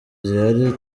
zihari